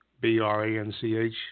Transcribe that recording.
B-R-A-N-C-H